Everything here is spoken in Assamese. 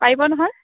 পাৰিব নহয়